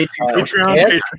Patreon